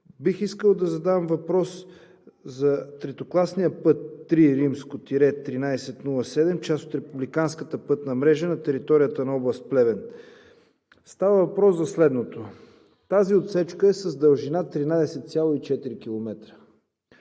бих искал да задам въпрос за третокласния път III 1307, част от републиканската пътна мрежа на територията на област Плевен. Става въпрос за следното: тази отсечка е с дължина 13,4 км,